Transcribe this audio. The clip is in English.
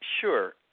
Sure